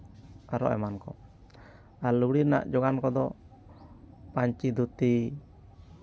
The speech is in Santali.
ᱟᱨᱚ ᱮᱢᱟᱱ ᱠᱚ ᱟᱨ ᱞᱩᱜᱽᱲᱤᱡ ᱨᱮᱱᱟᱜ ᱡᱳᱜᱟᱱ ᱠᱚᱫᱚ ᱯᱟᱧᱪᱤ ᱫᱷᱩᱛᱤ